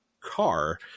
car